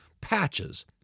patches